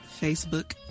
Facebook